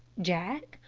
jack,